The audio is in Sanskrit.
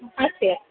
अस्ति अस्ति